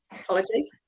Apologies